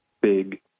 big